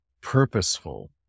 purposeful